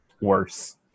worse